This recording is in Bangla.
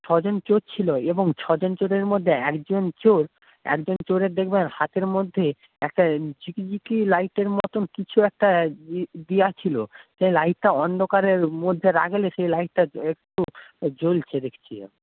ছয়জন চোর ছিল এবং ছয়জন চোরের মধ্যে একজন চোর একজন চোরের দেখবেন হাতের মধ্যে একটা ঝিকিমিকি লাইটের মতন কিছু একটা দেওয়া ছিল যে লাইটটা অন্ধকারের মধ্যে রাখলে সেই লাইটটা একটু জ্বলছে দেখছি